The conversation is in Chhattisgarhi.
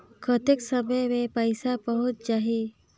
कतेक समय मे पइसा पहुंच जाही?